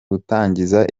gutangiza